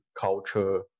culture